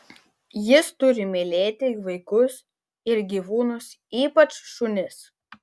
jis turi mylėti vaikus ir gyvūnus ypač šunis